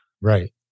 Right